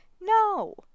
No